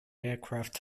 aircraft